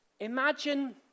Imagine